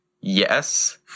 yes